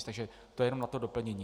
Takže to jenom na doplnění.